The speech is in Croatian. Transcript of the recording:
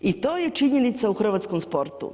I to je činjenica u hrvatskom sportu.